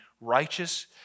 righteous